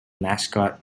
mascot